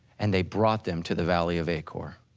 and they brought them to the valley of achor.